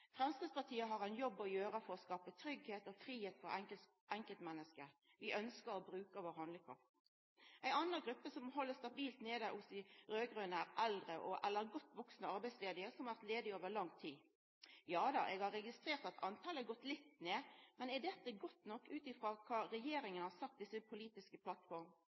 Framstegspartiet har ein jobb å gjera for å skapa tryggleik og fridom for enkeltmennesket. Vi ønskjer å bruke vår handlekraft. Ei anna gruppe som vert heldt stabilt nede hos dei raud-grøne, er eldre eller godt vaksne arbeidsledige som har vore ledige over lang tid. Ja, eg har registrert at talet har gått litt ned, men er dette godt nok utifrå kva regjeringa har sagt i si politiske plattform? Viss ein ser på